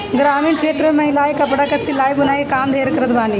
ग्रामीण क्षेत्र में महिलायें कपड़ा कअ सिलाई बुनाई के काम ढेर करत बानी